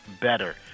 better